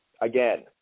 again